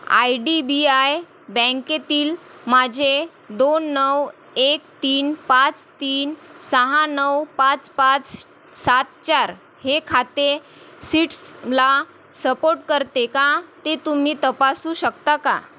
I D B I बँकेतील माझे दोन नऊ एक तीन पाच तीन सहा नऊ पाच पाच सात चार हे खाते सीट्स म्ला सपोट करते का ते तुम्ही तपासू शकता का